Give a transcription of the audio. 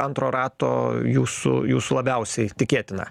antro rato jūsų jūsų labiausiai tikėtina